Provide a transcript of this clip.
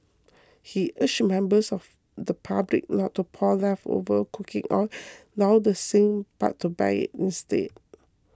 he urged members of the public not to pour leftover cooking oil down the sink but to bag it instead